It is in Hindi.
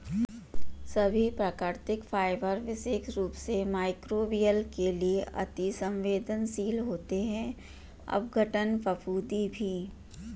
सभी प्राकृतिक फाइबर विशेष रूप से मइक्रोबियल के लिए अति सवेंदनशील होते हैं अपघटन, फफूंदी भी